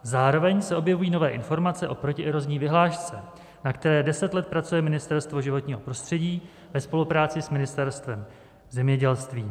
Zároveň se objevují nové informace o protierozní vyhlášce, na které deset let pracuje Ministerstvo životního prostředí ve spolupráci s Ministerstvem zemědělství.